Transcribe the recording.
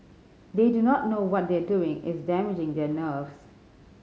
they do not know what they are doing is damaging their nerves